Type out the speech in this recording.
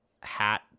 hat